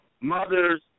mothers